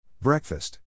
Breakfast